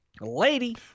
Lady